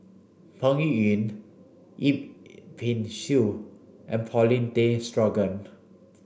Peng Yuyun Yip Pin Xiu and Paulin Tay Straughan